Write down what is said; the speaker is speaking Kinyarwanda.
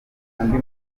andi